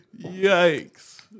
Yikes